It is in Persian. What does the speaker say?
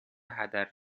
هدر